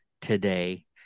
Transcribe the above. today